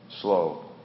Slow